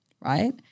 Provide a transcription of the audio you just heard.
right